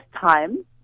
time